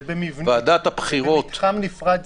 זה במתחם נפרד.